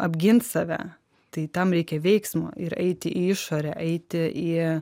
apgint save tai tam reikia veiksmo ir eiti į išorę eiti į